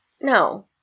no